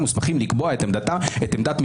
מוסמכים לקבוע את עמדת משרדם",